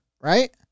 right